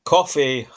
Coffee